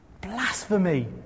Blasphemy